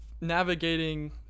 navigating